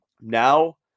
Now